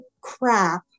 crap